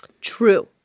True